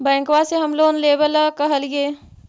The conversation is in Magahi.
बैंकवा से हम लोन लेवेल कहलिऐ?